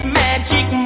magic